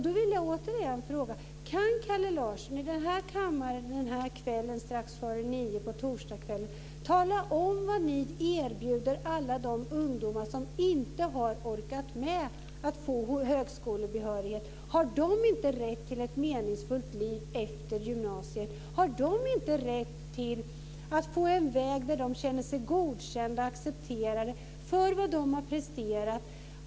Då vill jag återigen fråga: Kan Kalle Larsson - i den här kammaren, den här torsdagskvällen, strax för klockan nio - tala om vad ni erbjuder alla de ungdomar som inte har orkat med att få högskolebehörighet? Har de inte rätt till ett meningsfullt liv efter gymnasiet? Har de inte rätt till en väg där de känner sig godkända och accepterade för vad de har presterat?